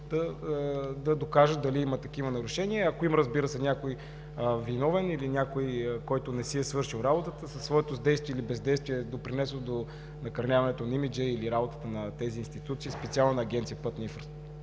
да докажат дали има такива нарушения. Ако има, разбира се, някой виновен или някой, който не си е свършил работата със своето действие или бездействие, и е допринесъл до накърняването на имиджа или на работата на тези институции – специално на Агенция „Пътна